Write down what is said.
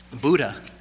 Buddha